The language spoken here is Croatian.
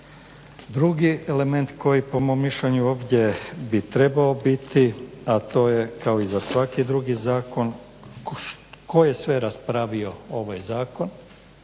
Drugi element koji po mom mišljenju ovdje bi trebao biti, a to je kao i za svaki drugi zakon koje sve raspravio ovaj zakon,